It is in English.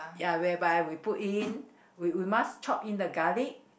ya whereby we put in we we must chop in the garlic